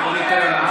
ובוא ניתן לו להמשיך,